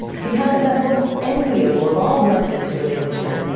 he has that most enviable of all blessings to an englishman,